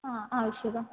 हा आवश्यकम्